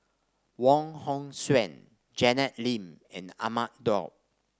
Wong Hong Suen Janet Lim and Ahmad Daud